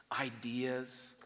ideas